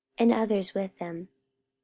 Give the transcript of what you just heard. and others with them.